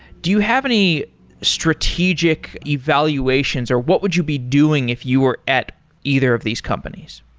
do you have any strategic evaluations or what would you be doing if you were at either of these companies?